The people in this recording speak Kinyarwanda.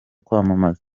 kwamamaza